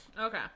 Okay